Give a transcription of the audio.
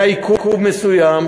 היה עיכוב מסוים,